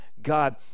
God